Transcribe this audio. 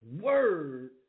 word